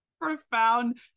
profound